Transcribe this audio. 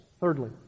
Thirdly